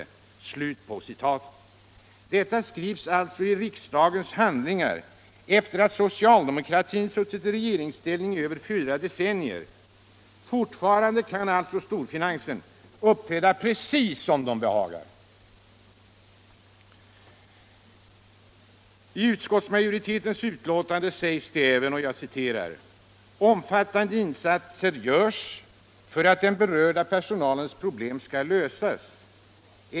Detta skrivs alltså i riksdagens handlingar efter det att socialdemokratin har suttit i regeringsställning i över 4 de cennier. Fortfarande kan storfinansen alltså uppträda som den behagar. I fortsättningen säger utskottsmajoriteten i sitt betänkande att ”omfattande insatser görs för att den berörda personalens problem skall lösas.